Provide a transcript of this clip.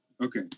okay